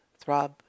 throb